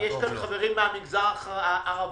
יש לי חברים מהמגזר הערבי,